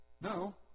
No